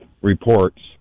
reports